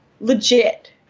legit